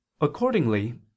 Accordingly